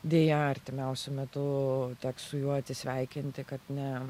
deja artimiausiu metu teks su juo atsisveikinti kad ne